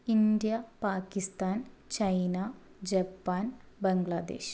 India Pakistan China Japan Bangladesh